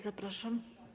Zapraszam.